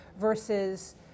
versus